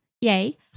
yay